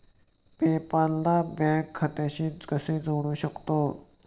पे पाल ला बँक खात्याशी कसे जोडू शकतो?